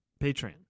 Patreon